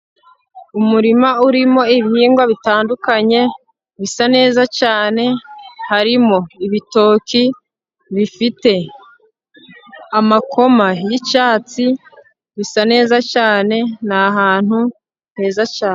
Umurima urimo ibihingwa bitandukanye bisa neza cyane, harimo ibitoki bifite amakoma yicyatsi bisa neza cyane ni ahantu heza cyane.